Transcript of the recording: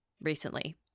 recently